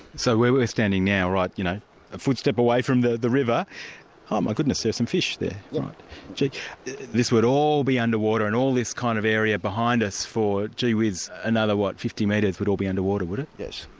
so where we're standing now, like ah you know a footstep away from the the river, oh my goodness there's some fish there. this would all be under water and all this kind of area behind us for gee whiz, another what? fifty metres, would all be under water, would it? yes.